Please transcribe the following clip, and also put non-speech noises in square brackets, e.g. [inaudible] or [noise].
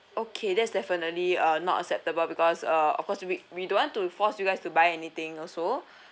okay that's definitely uh not acceptable because uh of course we we don't want to force you guys to buy anything also [breath]